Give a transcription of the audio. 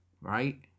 Right